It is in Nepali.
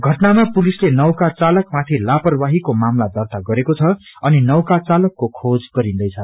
घटनामा पुलिसले नोका चालक माथि लापरवाहीको मामला दर्ता गरेको छ अनि नौका चालकको खोज गरिन्दैछ